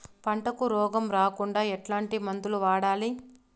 పంటకు రోగం రాకుండా ఎట్లాంటి మందులు వాడాలి?